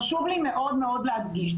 חשוב לי מאוד להדגיש,